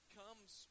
comes